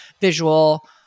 visual